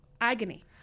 Agony